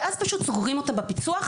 ואז פשוט סוגרים אותם בפיצו"ח,